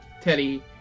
Teddy